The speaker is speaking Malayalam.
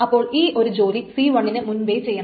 അപ്പോൾ ഈ ഒരു ജോലി C1 ന് മുൻപെ ചെയ്യണം